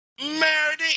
married